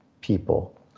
people